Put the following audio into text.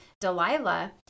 Delilah